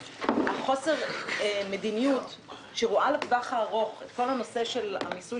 חוסר המדיניות שרואה לטווח הארוך את כל נושא מיסוי